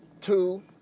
Two